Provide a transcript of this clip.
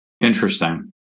interesting